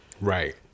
right